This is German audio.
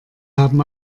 haben